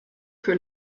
que